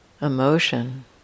emotion